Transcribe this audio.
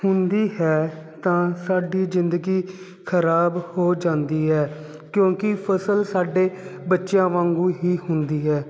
ਹੁੰਦੀ ਹੈ ਤਾਂ ਸਾਡੀ ਜ਼ਿੰਦਗੀ ਖਰਾਬ ਹੋ ਜਾਂਦੀ ਹੈ ਕਿਉਂਕਿ ਫਸਲ ਸਾਡੇ ਬੱਚਿਆਂ ਵਾਂਗੂੰ ਹੀ ਹੁੰਦੀ ਹੈ